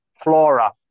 flora